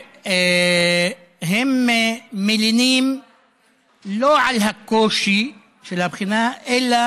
הם מלינים לא על הקושי של הבחינה אלא